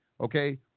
okay